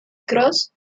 cross